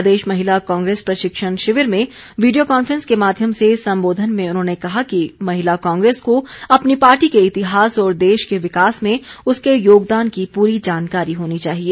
प्रदेश महिला कांग्रेस प्रशिक्षण शिविर में वीडियो कॉन्फ्रेंस के माध्यम से संबोधन में उन्होंने कहा कि महिला कांग्रेस को अपनी पार्टी के इतिहास और देश के विकास में उसके योगदान की प्ररी जानकारी होनी चाहिए